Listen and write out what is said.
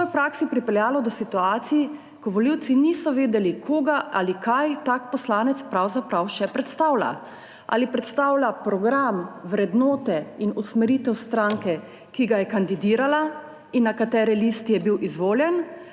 je v praksi pripeljalo do situacij, ko volivci niso vedeli, koga ali kaj tak poslanec še predstavlja. Ali predstavlja program, vrednote in usmeritev stranke, ki ga je kandidirala in na katere listi je bil izvoljen,